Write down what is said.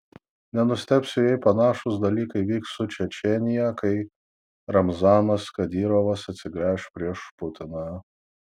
nenustebsiu jei panašūs dalykai vyks su čečėnija kai ramzanas kadyrovas atsigręš prieš putiną